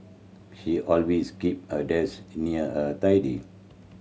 she always keep her desk near and tidy